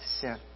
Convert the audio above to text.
sin